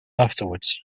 afterwards